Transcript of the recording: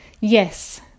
Yes